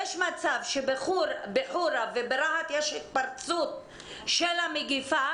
יש מצב שבחורה וברהט יש התפרצות של המגיפה